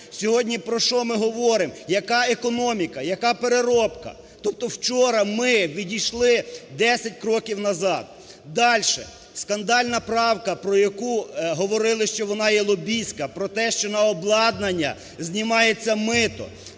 Сьогодні про що ми говоримо? Яка економіка? Яка переробка? Тобто вчора ми відійшли 10 кроків назад. Дальше. Скандальна правка, про яку говорили, що вона є лобістська, про те, що на обладнання знімається мито.